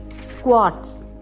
squats